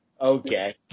Okay